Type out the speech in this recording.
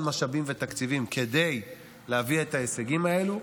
משאבים ותקציבים כדי להביא את ההישגים האלה.